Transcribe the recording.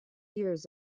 years